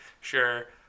sure